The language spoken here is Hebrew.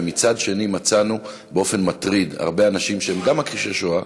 ומצד שני מצאנו באופן מטריד הרבה אנשים שהם גם מכחישי שואה,